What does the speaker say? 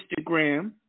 Instagram